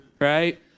right